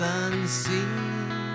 unseen